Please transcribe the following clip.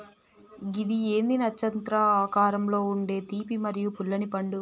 గిది ఏంది నచ్చత్రం ఆకారంలో ఉండే తీపి మరియు పుల్లనిపండు